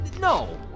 No